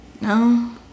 No